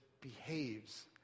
behaves